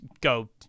go